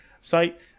site